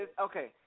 okay